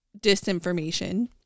disinformation